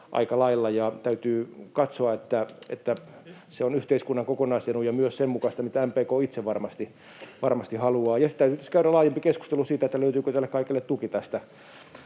aika lailla, ja täytyy katsoa, että se on yhteiskunnan kokonaisedun ja myös sen mukaista, mitä MPK itse varmasti haluaa. Ja sitten täytyisi käydä laajempi keskustelu siitä, löytyykö tälle kaikelle tuki tästä